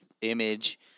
image